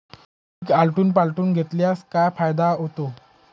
पीक आलटून पालटून घेतल्यास काय फायदा होतो?